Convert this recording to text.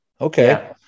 Okay